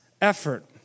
effort